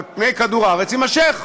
על פני כדור הארץ, יימשך,